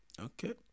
Okay